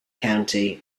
county